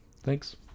thanks